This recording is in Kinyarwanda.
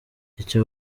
icyo